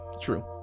True